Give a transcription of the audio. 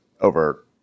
over